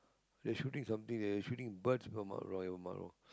they shooting something they shooting birds if I'm not wrong if I'm not wrong